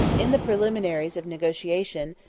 in the preliminaries of negotiation,